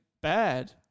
bad